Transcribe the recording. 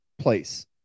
place